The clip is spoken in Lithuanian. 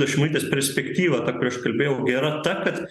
ta šimonytės perspektyva ta kuri aš kalbėjau gera ta kad